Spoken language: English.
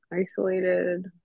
isolated